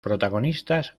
protagonistas